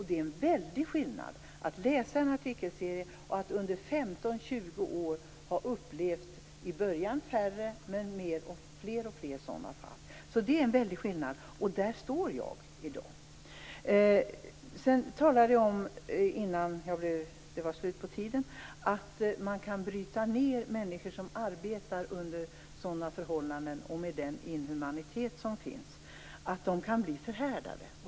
Det är en väldig skillnad mellan att läsa en artikelserie och att under 15-20 år ha upplevt fler och fler sådana fall. Där står jag i dag. Innan tiden tog slut talade jag om att man kan bryta ned människor som arbetar under sådana förhållanden och med den inhumanitet som finns. De kan bli förhärdade.